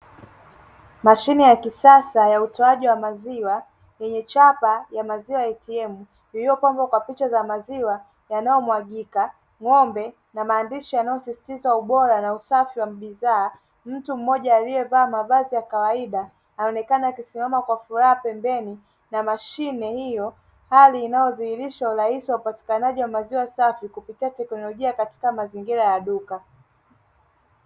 Mashine ya kisasa ya utoaji wa maziwa yenye chapa ya "maziwa ATM " iliyopambwa kwa picha za maziwa yanayomwagika, ng'ombe na maandishi yanayosisitiza ubora na usafi wa bidhaa; mtu mmoja aliyevaa mavazi ya kawaida, anaonekana akisimama kwa furaha pembeni ya mashine hiyo hali inayodhihirisha urahisi wa upatikanaji wa maziwa safi, kupitia teknolojia katika mazingira ya duka.